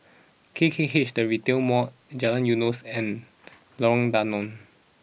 K K H The Retail Mall Jalan Eunos and Lorong Danau